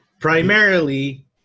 primarily